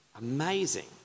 amazing